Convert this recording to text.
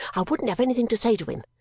i wouldn't have anything to say to him.